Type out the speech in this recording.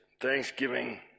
thanksgiving